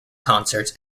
concerts